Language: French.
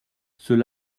ceux